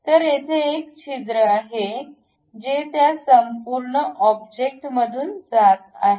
तर तेथे एक छिद्र आहे जे त्या संपूर्ण ऑब्जेक्टमधून जात आहे